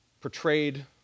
portrayed